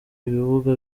ibibuga